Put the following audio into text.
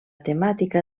temàtica